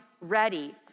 ready